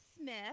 Smith